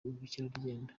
ubukerarugendo